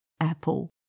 apple